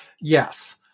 Yes